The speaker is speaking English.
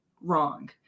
wrong